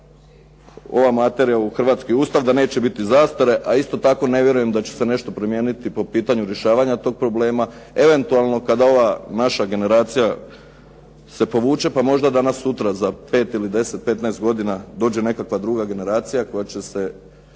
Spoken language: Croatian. ova materija u hrvatski Ustav, da neće biti zastare a isto tako ne vjerujem da će se nešto promijeniti po pitanju rješavanja tog problema, eventualno kada ova naša generacija se povuče pa možda danas sutra za 5 ili 10, 15 godina dođe nekakva druga generacija koja će se